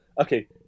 okay